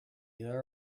there